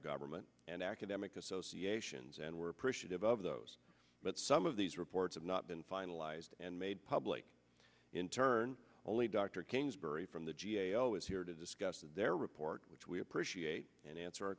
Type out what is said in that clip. government and academic associations and we're appreciative of those but some of these reports of not been finalized and made public in turn only dr king's barry from the g a o is here to discuss their report which we appreciate and answer